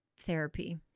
therapy